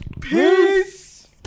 Peace